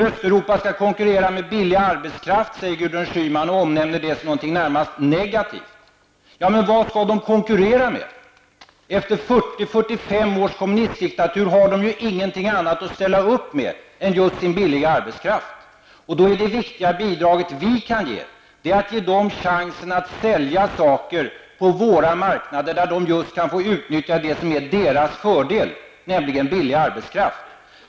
Östeuropa skall konkurrera med billig arbetskraft, säger Gudrun Schyman, och omnämner det som någonting närmast negativt. Ja, men vad skall det annars konkurrera med? Efter 40--45 års kommunistisk diktatur har östeuropéer ingenting annat att ställa upp med än just den billiga arbetskraften. Då är det viktiga bidrag som vi kan ge att ge dem chansen att sälja saker på våra marknader, där de just kan få uttnyttja deras fördel, nämligen billig arbetskraft.